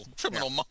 Criminal